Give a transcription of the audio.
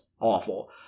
awful